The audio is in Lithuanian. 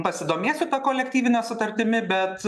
pasidomėsiu ta kolektyvine sutartimi bet